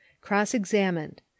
Cross-Examined